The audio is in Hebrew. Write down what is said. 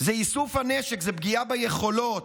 זה איסוף הנשק, זה פגיעה ביכולות.